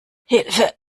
hilfe